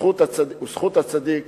זכות הצדיק